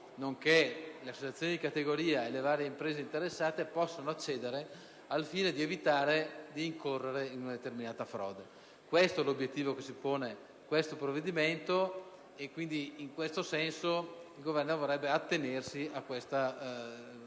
nonché le associazioni di categorie e le imprese interessate possano accedere al fine di evitare di incorrere in una determinata frode. Questo è l'obiettivo che si pone il provvedimento in esame e il Governo vorrebbe attenersi a questo stretto